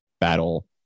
battle